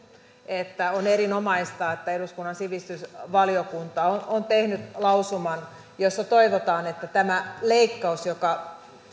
että on erinomaista että eduskunnan sivistysvaliokunta on tehnyt lausuman jossa toivotaan että tämä leikkaus joka